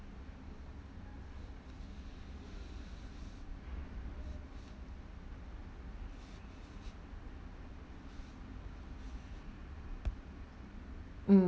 mm